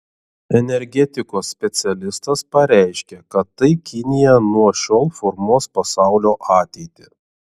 energetikos specialistas pareiškė kad tai kinija nuo šiol formuos pasaulio ateitį